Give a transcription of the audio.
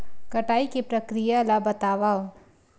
कटाई के प्रक्रिया ला बतावव?